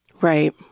Right